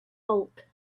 bulk